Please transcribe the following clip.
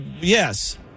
Yes